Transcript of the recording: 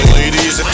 ladies